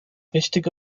wichtige